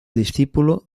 discípulo